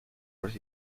with